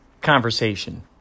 conversation